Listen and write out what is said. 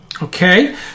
Okay